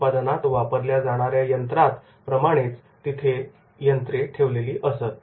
उत्पादनात वापरल्या जाणाऱ्या यंत्रांत प्रमाणेच तिथे यंत्रे ठेवलेली असत